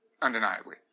Undeniably